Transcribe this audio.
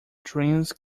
dreams